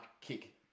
kick